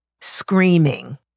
Screaming